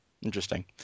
interesting